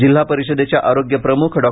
जिल्हा परिषदेचे आरोग्य प्रमुख डॉ